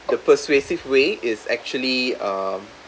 the persuasive way is actually um